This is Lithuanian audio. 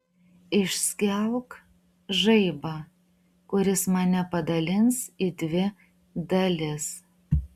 išskelk žaibą kuris mane padalins į dvi dalis